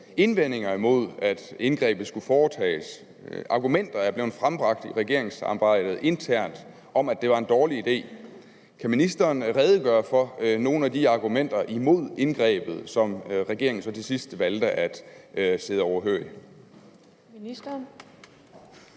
indvendinger imod, at indgrebet skulle foretages, argumenterne er blevet frembragt i regeringsarbejdet internt om, at det var en dårlig idé. Kan ministeren redegøre for nogle af de argumenter imod indgrebet, som regeringen så til sidst valgte at sidde overhørig?